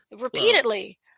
repeatedly